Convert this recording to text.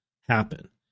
happen